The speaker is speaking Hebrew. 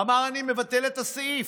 אמר: אני מבטל את הסעיף.